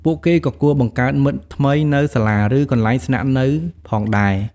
ពួកគេក៏គួរបង្កើតមិត្តថ្មីនៅសាលា ឬកន្លែងស្នាក់នៅផងដែរ។